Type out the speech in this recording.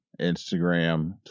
Instagram